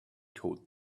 told